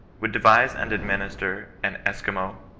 would devise and administer an esquimaux,